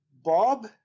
Bob